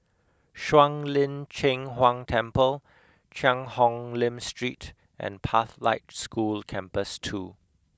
Shuang Lin Cheng Huang Temple Cheang Hong Lim Street and Pathlight School Campus two